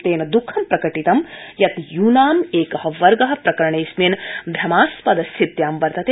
तेन दःखं प्रकटितं यत् यूनां वर्ग प्रकरणेऽस्मिन् भ्रमास्पद स्थित्यां वर्तते